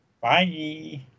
Bye